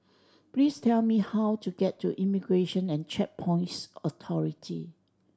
please tell me how to get to Immigration and Checkpoints Authority